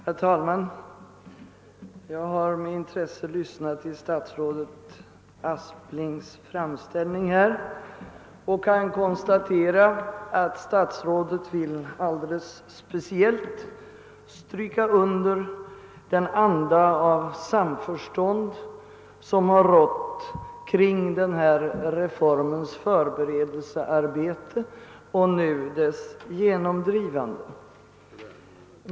Herr talman! Jag har med intresse lyssnat till statsrådet Asplings framställning. Statsrådet ville alldeles speciellt framhålla den anda av samförstånd i vilken reformens förberedelsearbete och nu dess genomdrivande sker.